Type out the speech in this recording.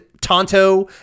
Tonto